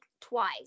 twice